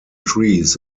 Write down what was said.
trees